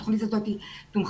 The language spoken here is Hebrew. התוכנית הזאת תומחרה.